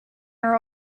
are